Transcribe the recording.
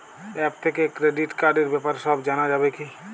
App থেকে credit কার্ডর ব্যাপারে সব জানা যাবে কি?